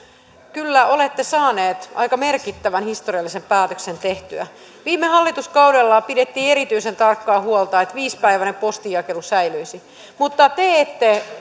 kyllä olette saaneet aika merkittävän historiallisen päätöksen tehtyä viime hallituskaudella pidettiin erityisen tarkkaan huolta että viisipäiväinen postinjakelu säilyisi mutta te ette